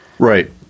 Right